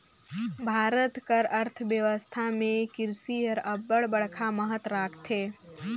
भारत कर अर्थबेवस्था में किरसी हर अब्बड़ बड़खा महत राखथे